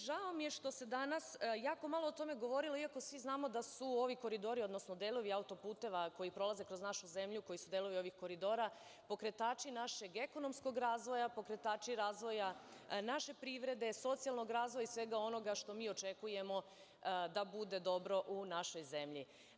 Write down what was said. Žao mi je što se danas jako malo o tome govorilo, iako svi znamo da su ovi koridori, odnosno delovi autoputeva koji prolaze kroz našu zemlju, koji su delovi ovih koridora, pokretači našeg ekonomskog razvoja, pokretači razvoja naše privrede, socijalnog razvoja i svega onoga što mi očekujemo da bude dobro u našoj zemlji.